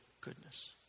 goodness